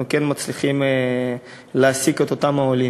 אנחנו כן מצליחים להעסיק את אותם עולים.